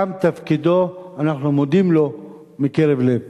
תם תפקידו, אנחנו מודים לו מקרב לב.